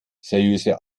seriöse